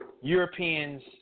Europeans